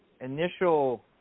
initial